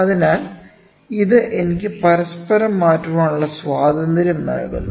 അതിനാൽ ഇത് എനിക്ക് പരസ്പരം മാറ്റാനുള്ള സ്വാതന്ത്ര്യം നൽകുന്നു